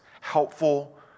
helpful